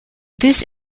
this